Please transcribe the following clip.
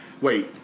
wait